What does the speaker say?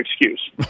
excuse